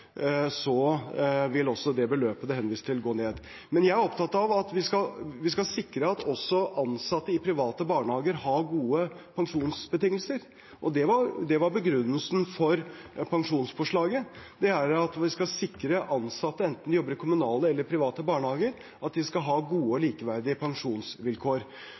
til, gå ned. Jeg er opptatt av at vi skal sikre at også ansatte i private barnehager har gode pensjonsbetingelser. Det var begrunnelsen for pensjonspåslaget, at vi skal sikre at ansatte, enten de jobber i kommunale eller i private barnehager, skal ha gode og likeverdige pensjonsvilkår.